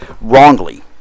wrongly